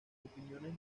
opiniones